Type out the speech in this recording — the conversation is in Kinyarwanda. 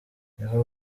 niho